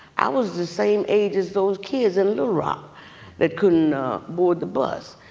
i was the same age as those kids in little rock that couldn't board the bus.